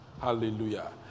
Hallelujah